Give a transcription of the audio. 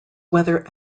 whether